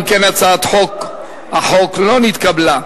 אם כן, הצעת החוק לא נתקבלה.